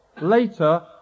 later